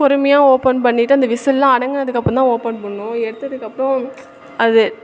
பொறுமையாக ஓப்பன் பண்ணிட்டு அந்த விசில்லாம் அடங்குனதுக்கப்புறந்தான் ஓப்பன் பண்ணணும் எடுத்ததுக்கப்புறம் அது